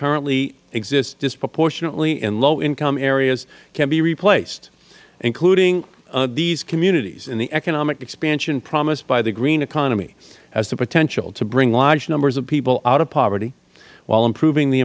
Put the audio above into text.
currently exists disproportionately in low income areas can be replaced including these communities and the economic expansion promised by the green economy has the potential to bring large numbers of people out of poverty while improving the